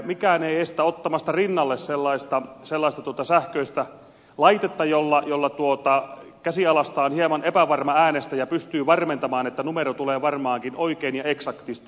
mikään ei estä ottamasta rinnalle sellaista sähköistä laitetta jolla käsialastaan hieman epävarma äänestäjä pystyy varmentamaan että numero tulee varmaankin oikein ja eksaktisti